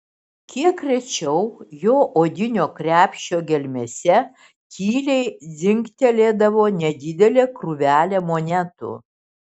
kiek rečiau jo odinio krepšio gelmėse tyliai dzingtelėdavo nedidelė krūvelė monetų